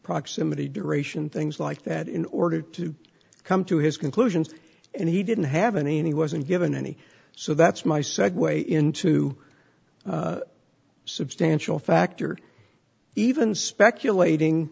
proximity duration things like that in order to come to his conclusions and he didn't have any and he wasn't given any so that's my segue into a substantial factor even speculating